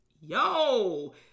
yo